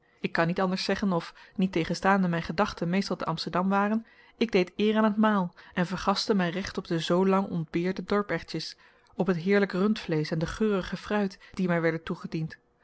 ik kan niet anders zeggen of niettegenstaande mijn gedachten meestal te amsterdam waren ik deed eer aan het maal en vergastte mij recht op de zoo lang ontbeerde dorperwtjes op het heerlijk rundvleesch en de geurige fruit die mij werden toegediend